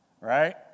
right